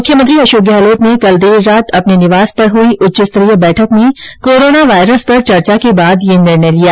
मुख्यमंत्री अशोक गहलोत ने कल देर रात अपने निवास पर हुई उच्चस्तरीय बैठक में कोरोना वायरस पर चर्चा के बाद यह निर्णय लिया